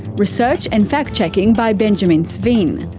research and fact checking by benjamin sveen.